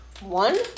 One